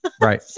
Right